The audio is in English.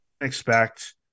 expect